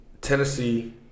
Tennessee